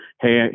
hey